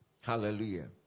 hallelujah